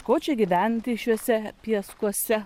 ko čia gyventi šiuose pieskuose